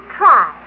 try